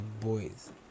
boys